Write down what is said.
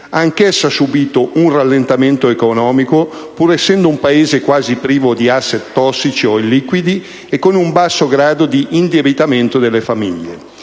anch'essa subito un rallentamento economico, pur essendo un Paese quasi privo di *asset* tossici o illiquidi e con un basso grado di indebitamento delle famiglie.